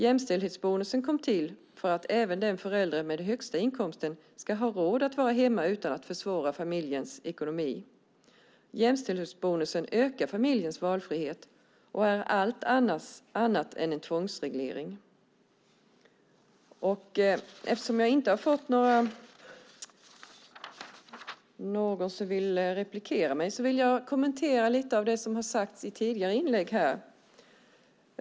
Jämställdhetsbonusen kom till för att även föräldern med den högsta inkomsten ska ha råd att vara hemma utan att försvåra familjens ekonomi. Jämställdhetsbonusen ökar familjens valfrihet och är allt annat än en tvångsreglering. Eftersom det inte verkar finnas någon som vill replikera på mitt anförande vill jag kommentera lite av det som har sagts i tidigare inlägg.